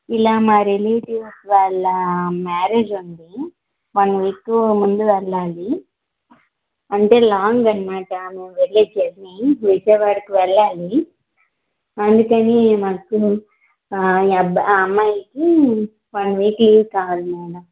ఇలా మా రెలెటివ్స్ వాళ్ళ మ్యారేజ్ ఉంది వన్ వీక్ ముందు వెళ్ళాలి అంటే లాంగ్ అన్నమాట మేము వెళ్ళే జర్నీ విజయవాడకు వెళ్ళాలి అందుకని మాకు ఈ అబ్బా అమ్మాయికి వన్ వీక్ లీవ్ కావాలి మ్యాడమ్